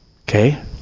Okay